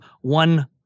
One